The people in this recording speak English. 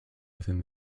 within